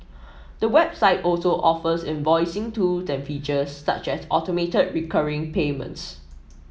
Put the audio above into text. the website also offers invoicing tools and features such as automated recurring payments